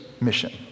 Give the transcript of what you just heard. mission